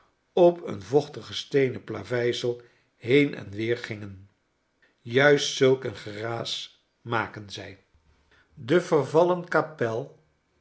op een vochtig steenen plaveisel heen en weer gingen juist zulk een geraas maken zij de vervallen kapel